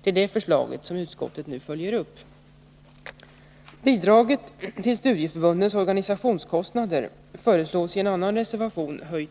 Det är det förslaget som utskottet nu följer upp. Bidraget till studieförbundens organisationskostnader föreslås i en annan reservation höjt